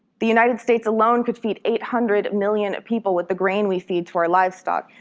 the united states alone could feed eight hundred million people with the grain we feed to our livestock.